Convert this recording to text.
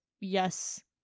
yes